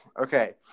okay